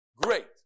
Great